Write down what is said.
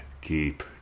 Keep